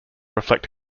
reflect